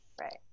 right